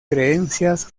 creencias